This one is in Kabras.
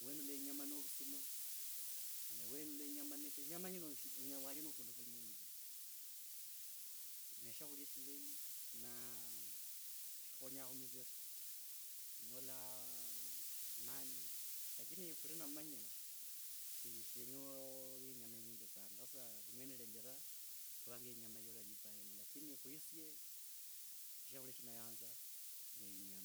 wenula inyama novusuma onyela wenula inyama necho inyama yiino onyola walya ne findu finyinji ne shakhulya shilai na shikhonya khu muviri onyola mani lakini khuli namanya she she. Shienya alie inyama yinyinji sana sasa mwene lenjera kiwango ye inyama yolalitsanga yino lakini khu yisye shakhulia sha ndayanza ne inyama.